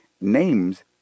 Names